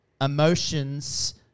Emotions